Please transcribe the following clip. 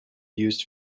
used